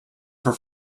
for